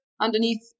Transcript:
underneath